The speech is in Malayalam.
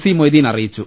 സി മൊയ്തീൻ അറിയിച്ചു